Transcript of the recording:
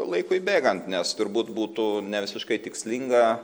laikui bėgant nes turbūt būtų ne visiškai tikslinga